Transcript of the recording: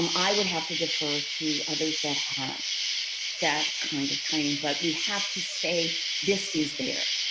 um i would have to defer to others that have that kind of training. but we have to say this is there.